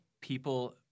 people